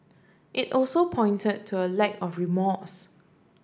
it also pointed to a lack of remorse